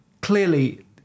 clearly